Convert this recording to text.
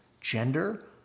gender